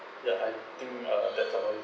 ya I think uh that's all already